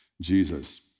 Jesus